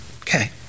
Okay